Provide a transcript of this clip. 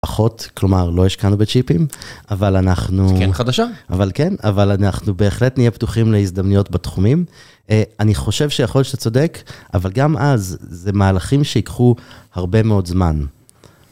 פחות, כלומר, לא השקענו בצ'יפים. אבל אנחנו... זה כן חדשה? אבל כן, אבל אנחנו בהחלט נהיה פתוחים להזדמנויות בתחומים. אני חושב שיכול להיות שאתה צודק, אבל גם אז זה מהלכים שיקחו הרבה מאוד זמן.